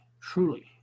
truly